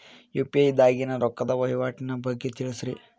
UPI ದಾಗಿನ ರೊಕ್ಕದ ವಹಿವಾಟಿನ ಬಗ್ಗೆ ತಿಳಸ್ರಿ